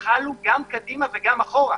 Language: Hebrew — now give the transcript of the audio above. שחלו גם קדימה וגם אחורה,